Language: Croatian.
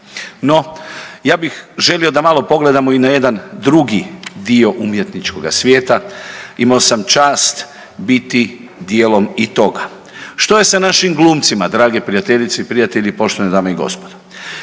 No ja bih želio da malo pogledamo i na jedan drugi dio umjetničkoga svijeta, imao sam čast biti dijelom i toga. Što je sa glumcima drage prijateljice i prijatelji, poštovane dame i gospodo?